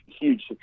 huge